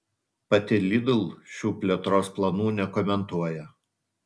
pati lidl šių plėtros planų nekomentuoja